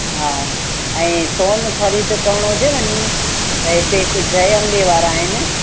हा ऐं सोन ख़रीद करणो हुजेव नी त हिते हिक जय अंबे वारा आहिनि